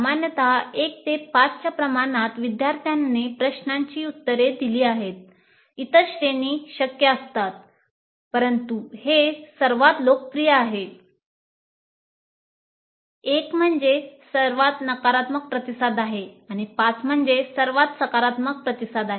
सामान्यत 1 ते 5 च्या प्रमाणात विद्यार्थ्यांनी प्रश्नांची उत्तरे दिली आहेत इतर श्रेणी शक्य आहेत परंतु हे सर्वात लोकप्रिय आहे 1 मूल्य सर्वात नकारात्मक प्रतिसाद आहे आणि 5 मूल्य सर्वात सकारात्मक प्रतिसाद आहे